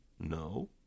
no